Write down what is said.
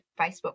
Facebook